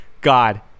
God